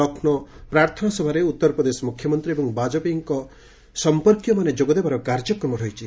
ଲକ୍ଷ୍ମୌ ପ୍ରାର୍ଥନା ସଭାରେ ଉତ୍ତରପ୍ରଦେଶ ମୁଖ୍ୟମନ୍ତ୍ରୀ ଏବଂ ବାଜପେୟୀଙ୍କ ସଂପର୍କୀୟମାନେ ଯୋଗଦେବାର କାର୍ଯ୍ୟକ୍ରମ ରହିଛି